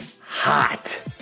hot